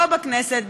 פה בכנסת,